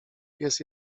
pies